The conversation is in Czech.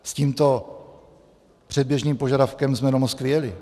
S tímto předběžným požadavkem jsme do Moskvy jeli.